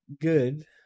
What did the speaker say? good